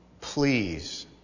please